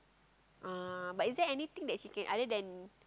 ah but is there anything that she can other than